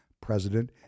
president